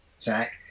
Zach